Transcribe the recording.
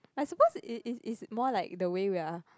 I suppose is is is more like the way we are